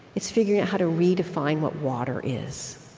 it's figuring out how to redefine what water is